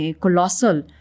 colossal